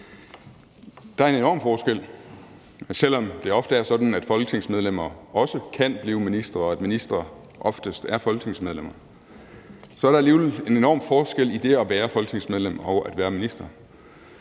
Der er en enorm forskel. Selv om det ofte er sådan, at folketingsmedlemmer også kan blive ministre, og at ministre oftest er folketingsmedlemmer, så er der alligevel en enorm forskel på det at være folketingsmedlem og det at være minister.